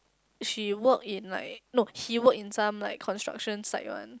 she work in like no he work in some like construction site one